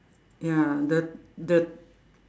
ya the the